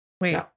Wait